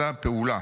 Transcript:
אלא פעולה,